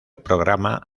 programa